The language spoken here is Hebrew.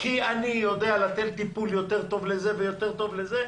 כי אתה יודע לתת טיפול טוב יותר לזה ויותר טוב לזה.